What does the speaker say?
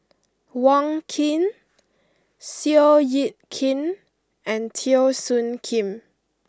Wong Keen Seow Yit Kin and Teo Soon Kim